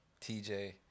tj